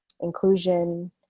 inclusion